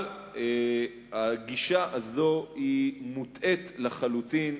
אבל הגישה הזו מוטעית לחלוטין.